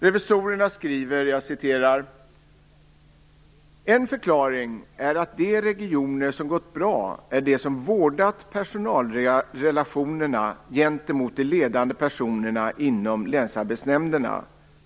Revisorerna skriver: "En förklaring är att de regioner som gått bra är de som vårdat personalrelationerna gentemot de ledande personerna inom länsarbetsnämnderna."